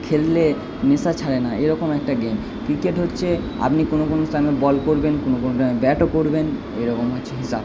খেললে নেশা ছাড়ে না এরকম একটা গেম ক্রিকেট হচ্ছে আপনি কোনো কোনো স্থানে বল করবেন কোনো কোনোটায় ব্যাটও করবেন এরকম হচ্ছে হিসাব